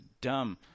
dumb